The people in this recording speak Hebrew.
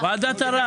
ועדת הערר.